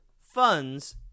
funds